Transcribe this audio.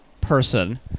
person